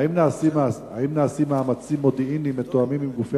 האם נעשים מאמצים מודיעיניים מתואמים עם גופי